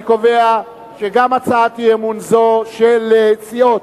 אני קובע כי גם הצעה זו לא נתקבלה.